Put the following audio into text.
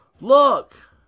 Look